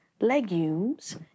legumes